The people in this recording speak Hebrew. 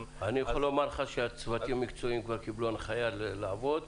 -- אני יכול לומר לך שהצוותים המקצועיים כבר קיבלו הנחיה לעבוד.